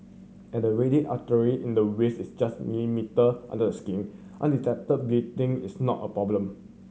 as the radial artery in the wrist is just millimetre under the skin undetected bleeding is not a problem